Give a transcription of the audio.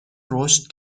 رشد